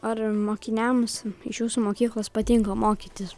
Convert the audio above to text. ar mokiniams iš jūsų mokyklos patinka mokytis